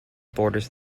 borders